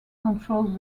controls